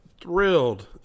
thrilled